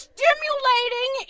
Stimulating